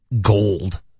gold